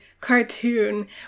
cartoon